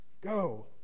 go